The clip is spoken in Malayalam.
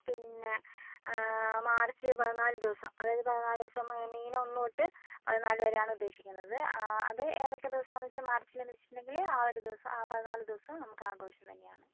പിന്നെ മാർച്ച് പതിനാല് ദിവസം അതായത് പതിനാല് ദിവസം മ മീനം ഒന്ന് തൊട്ട് പതിനാല് വരെയാണ് ഉദ്ദേശിക്കുന്നത് അത് ഏതൊക്കെ ദിവസമാണ് വെച്ചാൽ മാർച്ചിലെന്ന് വെച്ചിട്ടുണ്ടെങ്കിൽ ആ ഒരു ദിവസം ആ പതിനാല് ദിവസവും നമുക്ക് ആഘോഷം തന്നെയാണ്